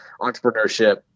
entrepreneurship